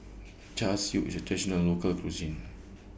Char Siu IS A Traditional Local Cuisine